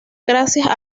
gracias